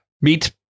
Meet